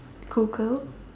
Google